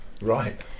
Right